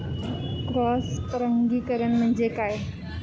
Cross परागीकरण म्हणजे काय?